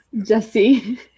Jesse